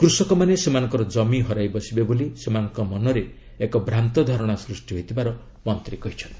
କୃଷକମାନେ ସେମାନଙ୍କର କମି ହରାଇ ବସିବେ ବୋଲି ସେମାନଙ୍କ ମନରେ ଏକ ଭ୍ରାନ୍ତ ଧାରଣା ସୃଷ୍ଟି ହୋଇଥିବାର ମନ୍ତ୍ରୀ କହିଛନ୍ତି